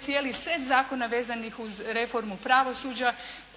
cijeli set zakona vezanih uz reformu pravosuđa,